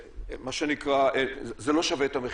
מה שנקרא, שזה לא שווה את המחיר.